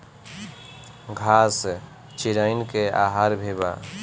घास चिरईन के आहार भी बा